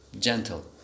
Gentle